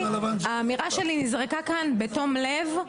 האמירה שלי נזרקה כאן בתום לב.